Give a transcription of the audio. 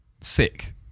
sick